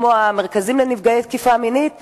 כמו המרכזים לנפגעי תקיפה מינית וכדומה,